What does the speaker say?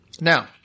Now